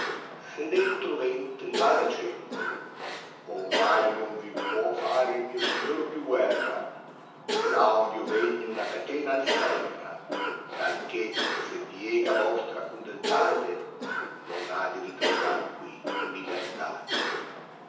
se dentro v entri va dicendo ornai non vi può fare il mio signor più guerra là ond io vegno una catena il serra talché se piega vostra crudeltà te on ha di ritornar qui ubertate